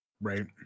Right